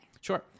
Sure